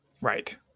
Right